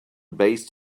based